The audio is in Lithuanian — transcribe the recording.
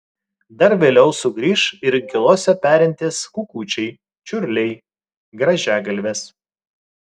dar vėliau sugrįš ir inkiluose perintys kukučiai čiurliai grąžiagalvės